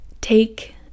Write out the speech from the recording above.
take